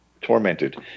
tormented